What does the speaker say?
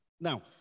Now